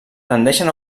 tendeixen